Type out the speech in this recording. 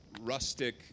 rustic